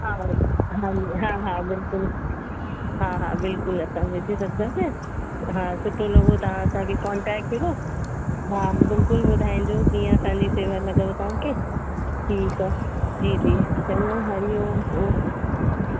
हा हा हा हा बिल्कुलु हा हा बिल्कुलु असां भेजे रखंदासीं हा सुठो लॻो तव्हां असांखे कॉन्टेक्ट कियव हा बिल्कुलु ॿुधाईंजो कीअं असांजी शेवा लॻव तव्हांखे ठीकु आहे जी जी चङो हरि ओम ओके